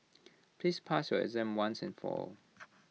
please pass your exam once and for all